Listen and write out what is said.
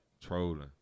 trolling